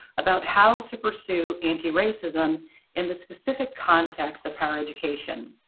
about how to pursue anti-racism in the specific context of higher education.